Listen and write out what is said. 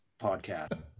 podcast